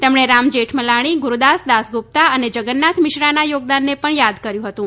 તેમણે રામજેઠમલાણી ગૂરુદાસ ગુપ્તા અને જગન્નાથ મિશ્રાના યોગદાનને પણ યાદ કર્યું હતું